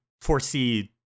foresee